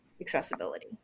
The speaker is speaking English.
accessibility